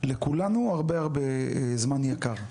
לכולנו הרבה הרבה זמן יקר.